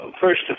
First